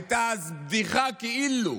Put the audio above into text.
הייתה אז בדיחה, כאילו: